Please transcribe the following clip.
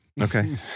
Okay